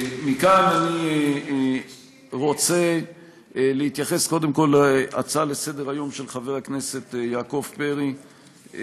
מכאן אני רוצה להתייחס קודם כול להצעה לסדר-היום של חבר הכנסת יעקב פרי,